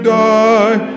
die